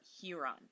Huron